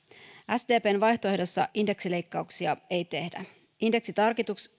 sdpn vaihtoehdossa indeksileikkauksia ei tehdä indeksitarkistukset